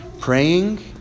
Praying